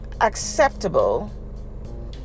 acceptable